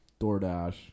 DoorDash